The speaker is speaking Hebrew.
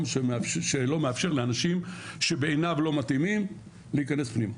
שלא מאפשר לאנשים שבעיניו לא מתאימים להיכנס פנימה.